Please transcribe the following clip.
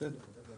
הצוות.